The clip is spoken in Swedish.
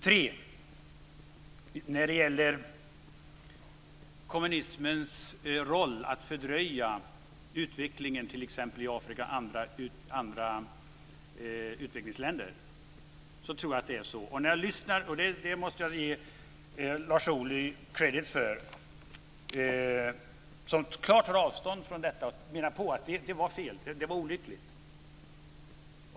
För det tredje handlar det om kommunismens roll att fördröja utvecklingen t.ex. i Afrika och i andra utvecklingsländer. Jag tror att det är så. Jag måste ge Lars Ohly credit för att han klart tar avstånd från det här, och menar att det var fel och olyckligt.